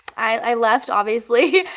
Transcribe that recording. i left, obviously,